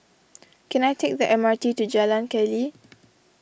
can I take the M R T to Jalan Keli